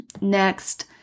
Next